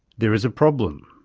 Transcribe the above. there is a problem.